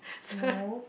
no